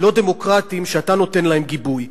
לא-דמוקרטיים שאתה נותן להם גיבוי.